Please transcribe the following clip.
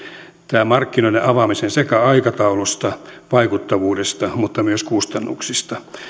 näiden markkinoiden avaamisen sekä aikataulusta vaikuttavuudesta että myös kustannuksista